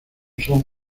son